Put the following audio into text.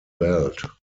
belt